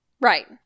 Right